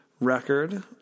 record